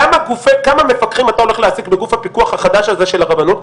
כמה מפקחים אתה הולך להעסיק בגוף הפיקוח החדש הזה של הרבנות?